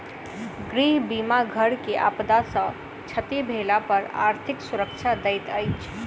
गृह बीमा घर के आपदा सॅ क्षति भेला पर आर्थिक सुरक्षा दैत अछि